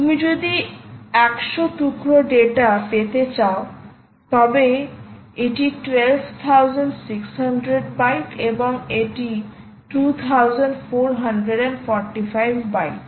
তুমি যদি 100 টুকরো ডেটা পেতে চাও তবে এটি 12600 বাইট এবং এটি 2445 বাইট